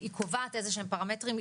היא קובעת איזשהם פרמטרים,